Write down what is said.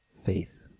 faith